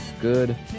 Good